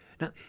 Now